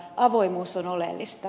avoimuus on oleellista